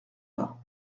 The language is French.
pas